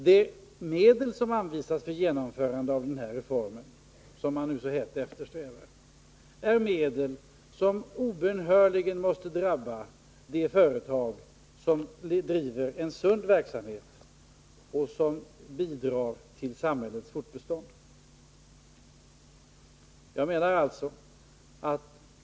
De medel som anvisas för genomförande av den här reformen, som man nu så hett eftersträvar, måste tas fram på ett sätt som obönhörligen drabbar de företag som bedriver en sund verksamhet och som bidrar till samhällets fortbestånd.